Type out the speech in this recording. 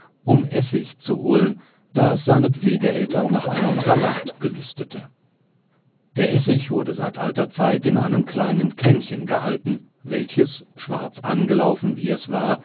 um essig zu holen da es seine pflegeeltern nach einem salat gelüstete der essig wurde seit alter zeit in einem kleinen kännchen gehalten welches schwarz angelaufen wie es war